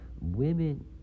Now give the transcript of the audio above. women